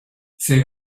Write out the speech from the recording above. c’est